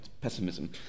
pessimism